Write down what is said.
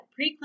preclinical